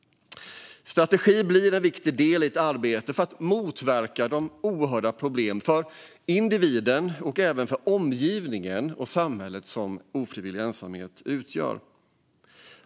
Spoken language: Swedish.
Strategin blir en viktig del i arbetet för att motverka det oerhörda problem för individen och även för omgivningen och samhället som ofrivillig ensamhet utgör.